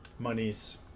monies